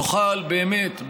נוכל באמת,